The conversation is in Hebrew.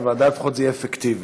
בוועדה לפחות זה יהיה אפקטיבי.